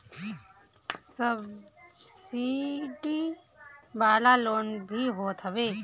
subsidy वाला loan भी होत हवे